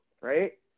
right